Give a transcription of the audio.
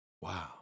Wow